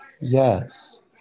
Yes